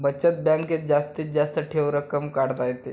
बचत बँकेत जास्तीत जास्त ठेव रक्कम काढता येते